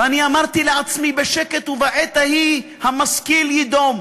ואני אמרתי לעצמי בשקט: ובעת ההיא המשכיל יידום.